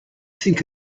think